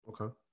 Okay